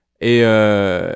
Et